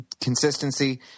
Consistency